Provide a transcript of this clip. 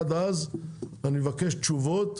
עד אז אני מבקש תשובות.